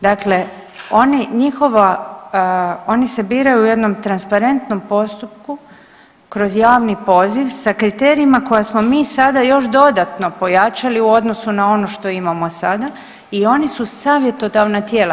Dakle oni, njihova, oni se biraju u jednom transparentnom postupku kroz javni poziv sa kriterijima koja smo mi sada još dodatno pojačali u odnosu na ono što imamo sada i oni su savjetodavna tijela.